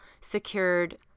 secured